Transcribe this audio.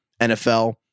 NFL